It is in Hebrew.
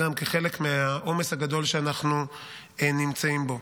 גם כחלק מהעומס הגדול שאנחנו נמצאים בו.